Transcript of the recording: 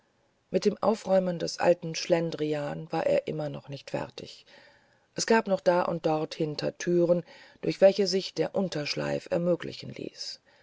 mit dem aufräumen des alten schlendrian war er immer noch nicht fertig es gab noch da und dort hinterthüren durch welche sich der unterschleif ermöglichen ließ